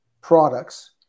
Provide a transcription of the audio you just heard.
products